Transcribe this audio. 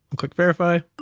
i'll click verify.